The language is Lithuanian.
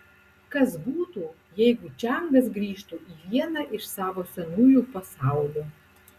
kas būtų jeigu čiangas grįžtų į vieną iš savo senųjų pasaulių